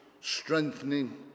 strengthening